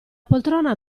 poltrona